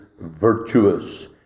virtuous